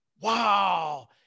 Wow